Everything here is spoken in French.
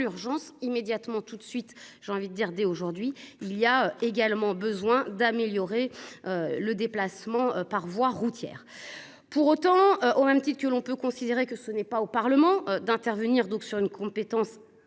l'urgence, immédiatement tout de suite j'ai envie de dire dès aujourd'hui, il y a également besoin d'améliorer. Le déplacement par voie routière. Pour autant, au même titre que l'on peut considérer que ce n'est pas au Parlement d'intervenir donc sur une compétence